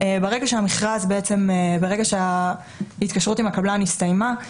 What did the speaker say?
ברגע שההתקשות עם הקבלן הסתיימה,